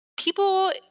People